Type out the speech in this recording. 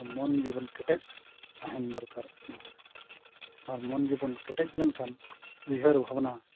ᱢᱚᱱ ᱡᱤᱵᱚᱱ ᱠᱮᱴᱮᱡ ᱛᱟᱦᱮᱱ ᱫᱚᱨᱠᱟᱨᱚᱜ ᱠᱟᱱᱟ ᱟᱨ ᱢᱚᱱ ᱡᱤᱵᱚᱱ ᱠᱮᱴᱮᱡ ᱞᱮᱱᱠᱷᱟᱱ ᱩᱭᱦᱟᱹᱨ ᱵᱷᱟᱵᱽᱱᱟ